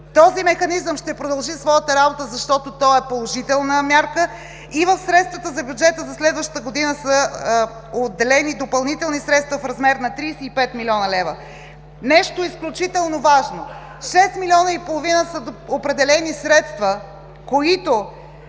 Този механизъм ще продължи своята работа, защото той е положителна мярка и в средствата за бюджета за следващата година са отделени допълнителни средства в размер на 35 млн. лв. Нещо изключително важно – 6,5 млн. лв. са определените средства, които